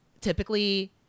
typically